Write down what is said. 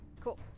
Cool